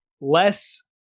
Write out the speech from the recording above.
less –